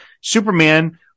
superman